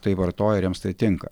tai vartoja ir jiems tai tinka